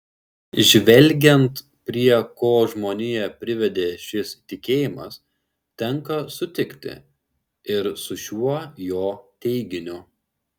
žvelgiant prie ko žmoniją privedė šis tikėjimas tenka sutikti ir su šiuo jo teiginiu